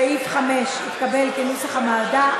סעיף 5 התקבל כנוסח הוועדה.